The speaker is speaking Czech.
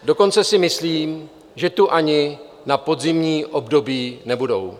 Dokonce si myslím, že tu ani na podzimní období nebudou.